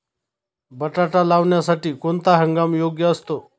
बटाटा लावण्यासाठी कोणता हंगाम योग्य असतो?